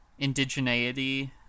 indigeneity